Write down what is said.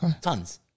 Tons